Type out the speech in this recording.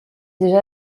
déjà